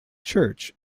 church